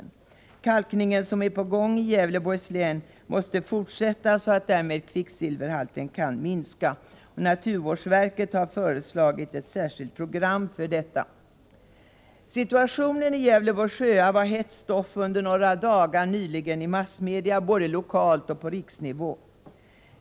Den kalkning som är på gång i Gävleborgs län måste fortsätta, så att därmed kvicksilverhalten kan minskas. Naturvårdsverket har föreslagit ett särskilt program för detta. Situationen i Gävleborgs sjöar var hett stoff under några dagar nyligen i massmedia, både lokalt och på riksnivå.